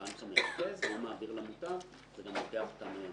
לבנק המרכז והוא מעביר למוטב וזה גם לוקח כמה ימים.